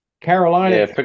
Carolina